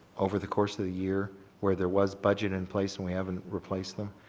over the course of the year where there was budget in place and we haven't replace them.